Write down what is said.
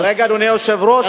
אדוני היושב-ראש,